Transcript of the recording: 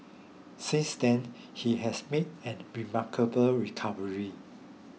since then he has made a remarkable recovery